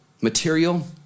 material